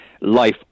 life